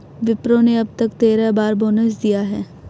विप्रो ने अब तक तेरह बार बोनस दिया है